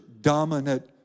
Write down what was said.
dominant